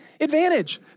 advantage